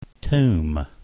Tomb